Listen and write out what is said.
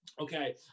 Okay